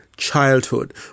childhood